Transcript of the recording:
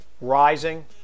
rising